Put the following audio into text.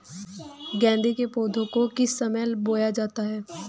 गेंदे के पौधे को किस समय बोया जाता है?